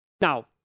Now